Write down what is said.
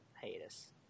hiatus